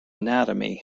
anatomy